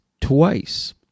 twice